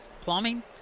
plumbing